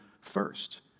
first